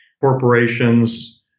Corporations